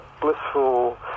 blissful